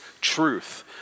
truth